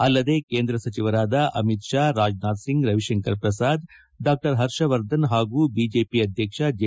ಅಲ್ಲದೆ ಕೇಂದ್ರ ಸಚಿವರಾದ ಅಮಿತ್ ಶಾ ರಾಜನಾಥ್ ಸಿಂಗ್ ರವಿಶಂಕರ್ ಪ್ರಸಾದ್ ಡಾ ಪರ್ಷವರ್ಧನ್ ಪಾಗೂ ಬಿಜೆಪಿ ಅಧ್ಯಕ್ಷ ಜೆ